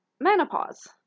menopause